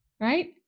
right